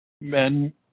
men